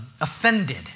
offended